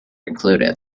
included